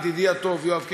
ידידי הטוב יואב קיש,